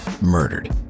murdered